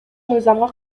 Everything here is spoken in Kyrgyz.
мыйзамга